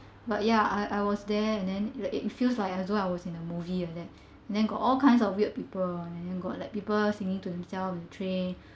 but ya I I was there and then it like it feels like as though I was in the movie like that then got all kinds of weird people and then got like people singing to himself in the train